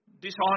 dishonest